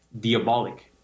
diabolic